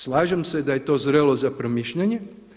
Slažem se da je to zrelo za promišljanje.